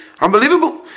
Unbelievable